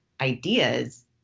ideas